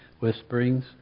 whisperings